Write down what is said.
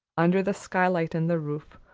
under the skylight in the roof,